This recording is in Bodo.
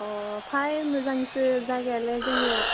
अ फै मोजांसो जायगायालाय जोंनिया